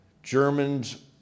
Germans